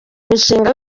imishinga